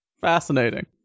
fascinating